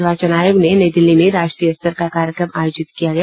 निर्वाचन आयोग ने नई दिल्ली में राष्ट्रीय स्तर का कार्यक्रम आयोजित किया गया है